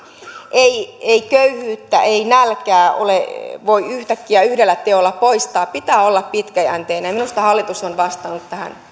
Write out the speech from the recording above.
ei ei köyhyyttä ei nälkää voi yhtäkkiä yhdellä teolla poistaa pitää olla pitkäjänteinen minusta hallitus on vastannut tähän